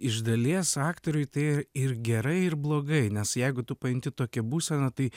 iš dalies aktoriui tai ir gerai ir blogai nes jeigu tu pajunti tokią būseną tai